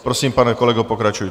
Prosím, pane kolego, pokračujte.